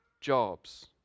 jobs